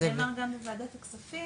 זה נאמר גם בוועדת הכספים,